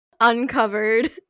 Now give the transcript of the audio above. uncovered